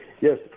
Yes